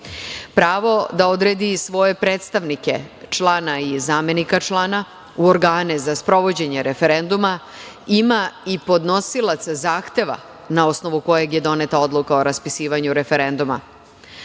da odredi svoje predstavnike, člana i zamenika člana u organe za sprovođenje referenduma ima i podnosilac zahteva na osnovu kojeg je doneta odluka o raspisivanju referenduma. Glasački